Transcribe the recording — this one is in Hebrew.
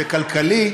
וכלכלי,